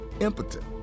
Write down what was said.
impotent